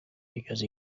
because